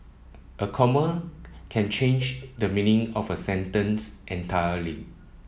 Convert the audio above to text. a comma can change the meaning of a sentence entirely